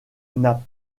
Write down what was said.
pas